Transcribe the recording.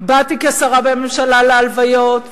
באתי כשרה בממשלה להלוויות,